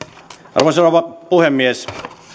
arvoisa rouva puhemies